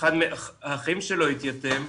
שאחד מהאחים שלו התייתם,